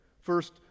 First